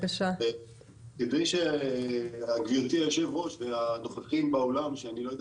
כדי שגבירתי היושב-ראש והנוכחים באולם שאני לא יודע